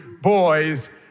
boys